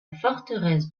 forteresse